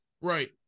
Right